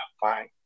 fine